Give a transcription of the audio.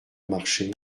marché